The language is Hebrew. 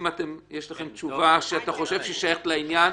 אם יש לכם תשובה שאתה חושב ששייכת לעניין,